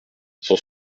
cent